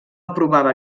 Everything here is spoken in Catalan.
aprovava